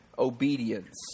obedience